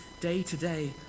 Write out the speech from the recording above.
day-to-day